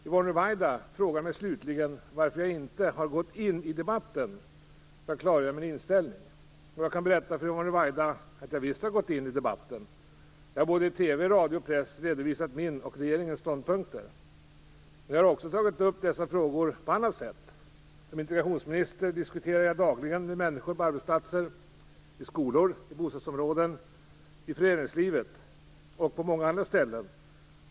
Yvonne Ruwaida frågar mig slutligen varför jag inte har "gått in i debatten" för att klargöra min inställning. Jag kan berätta för Yvonne Ruwaida att jag visst har "gått in i debatten". Jag har både i TV, radio och press redovisat mina och regeringens ståndpunkter. Men jag har också tagit upp dessa frågor på annat sätt. Som integrationsminister diskuterar jag dagligen med människor på arbetsplatser, i skolor, i bostadsområden, i föreningslivet och på många andra ställen.